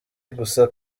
gusa